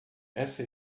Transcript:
essa